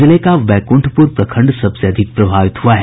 जिले का बैकुंठपुर प्रखंड सबसे अधिक प्रभावित हुआ है